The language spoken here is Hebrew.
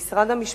למשרד המשפטים,